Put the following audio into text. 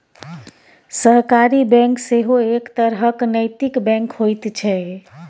सहकारी बैंक सेहो एक तरहक नैतिक बैंक होइत छै